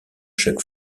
chaque